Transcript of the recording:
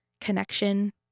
connection